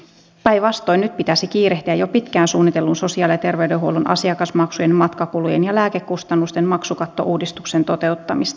päinvastoin nyt pitäisi kiirehtiä jo pitkään suunnitellun sosiaali ja terveydenhuollon asiakasmaksujen matkakulujen ja lääkekustannusten maksukattouudistuksen toteuttamista